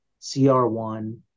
CR1